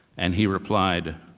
and he replied,